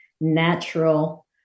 natural